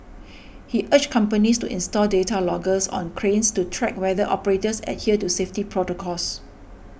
he urged companies to install data loggers on cranes to track whether operators adhere to safety protocols